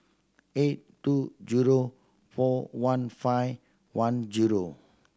eight two zero four one five one zero